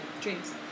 Dreams